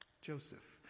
Joseph